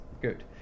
good